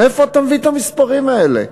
מאיפה אתה מביא את המספרים האלה?